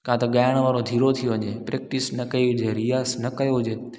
या त ॻाइण वारो धीरो थी वञे प्रेक्टिस न कई हुजे रियाज़ न कयो हुजे